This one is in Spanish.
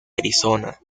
arizona